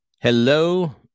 Hello